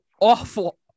awful